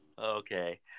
okay